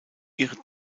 ihre